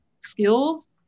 skills